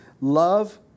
Love